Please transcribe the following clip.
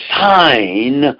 sign